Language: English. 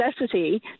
necessity